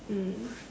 mm